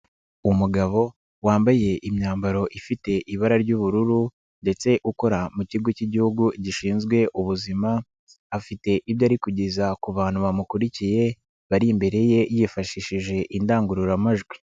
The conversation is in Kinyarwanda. Umugabo wambaye imyambaro ifite ibara ry'ubururu ndetse ukora mu Kigo k'Igihugu Gishinzwe Ubuzima, afite ibyo ari kugeza ku bantu bamukurikiye, bari imbere ye yifashishije indangururamajwi.